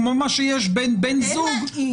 כמו מה שיש בין בני זוג.